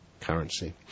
currency